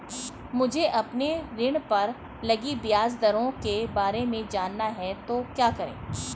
मुझे अपने ऋण पर लगी ब्याज दरों के बारे में जानना है तो क्या करें?